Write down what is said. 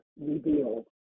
reveal